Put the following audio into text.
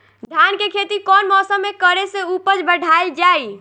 धान के खेती कौन मौसम में करे से उपज बढ़ाईल जाई?